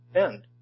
end